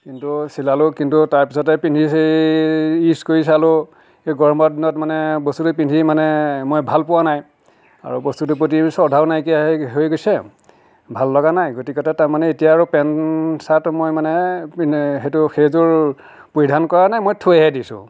কিন্তু চিলালোঁ কিন্তু তাৰ পিছতে পিন্ধি সেই ইউজ কৰি চালোঁ এই গৰমৰ দিনত মানে বস্তুটো পিন্ধি মানে মই ভালপোৱা নাই আৰু বস্তুটোৰ প্ৰতি শ্ৰদ্ধাও নাইকীয়া হৈ হৈ গৈছে ভাল লগা নাই গতিকে তাৰমানে এতিয়া আৰু পেন্ট চাৰ্ট মই মানে পিন সেইটো সেইযোৰ পৰিধান কৰা নাই মই থৈহে দিছোঁ